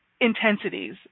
intensities